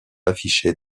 affiché